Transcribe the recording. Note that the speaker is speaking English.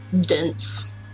dense